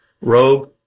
robe